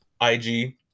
IG